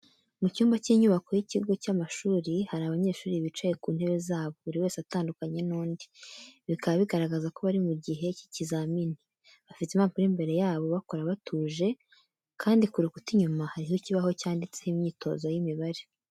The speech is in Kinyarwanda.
Mu cyumba cy’inyubako y’ikigo cy’amashuri, hari abanyeshuri bicaye ku ntebe zabo, buri wese atandukanye n’undi, bikaba bigaragaza ko bari mu gihe cy'ikizamini. Bafite impapuro imbere yabo, bakora batuje, kandi ku rukuta inyuma hariho ikibaho cyanditseho imyitozo y'imibare.